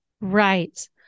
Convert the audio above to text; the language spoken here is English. Right